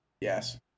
Yes